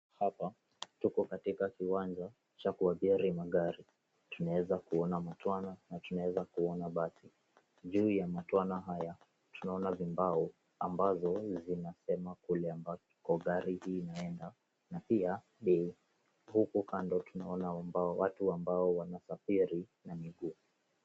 Hapa tuko katika kiwanja cha kuabiri magari. Tunaweza kuona matwana na tunaweza kuona basi. Juu ya matwana haya tunaona vibao ambazo zinasema kule ambako gari hii inaenda na pia bei. Huku kando tunaona watu ambao wanasafiri na miguu.